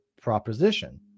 proposition